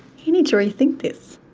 you need to rethink this.